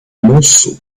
monceau